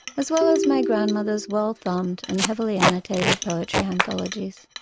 as well as my grandmother's well-thumbed and heavily annotated poetry anthologies.